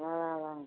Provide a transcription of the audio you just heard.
அதுதான் அதுதான்